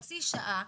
45 דקות,